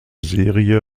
serie